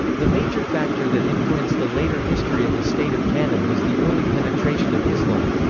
the major factor that influenced the later history of the state of kanem was the early penetration of islam.